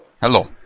Hello